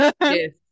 Yes